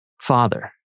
Father